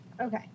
okay